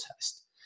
test